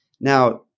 Now